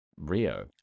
Rio